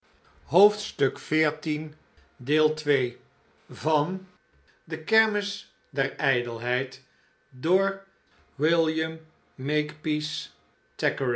oclocrooococoocococooclf de kermis der ijdelheid van william